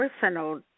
personal